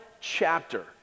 chapter